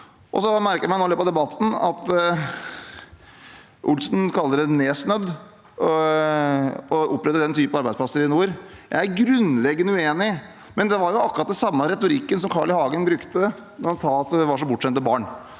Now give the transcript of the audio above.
Jeg merket meg i løpet av debatten at Olsen kalte det nedsnødd å opprette den typen arbeidsplasser i nord. Jeg er grunnleggende uenig. Det var akkurat den samme retorikken som Carl I. Hagen brukte da han sa at det var som bortskjemte barn